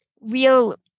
real